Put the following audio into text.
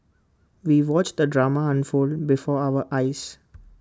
we watched the drama unfold before our eyes